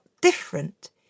different